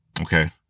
okay